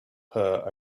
her